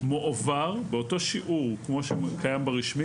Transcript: מועבר באותו שיעור כמו שהוא קיים ברשמי